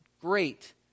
great